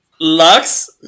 Lux